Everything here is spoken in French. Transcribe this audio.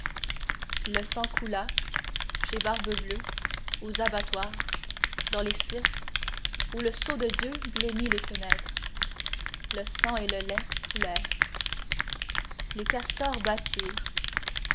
le sang coula chez barbe-bleue aux abattoirs dans les cirques où le sceau de dieu blêmit les fenêtres le sang et le lait coulèrent les castors bâtirent